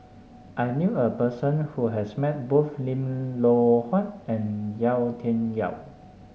I knew a person who has met both Lim Loh Huat and Yau Tian Yau